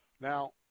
Now